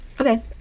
Okay